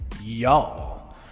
y'all